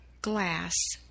glass